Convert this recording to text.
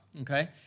okay